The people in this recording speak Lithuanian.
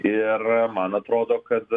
ir man atrodo kad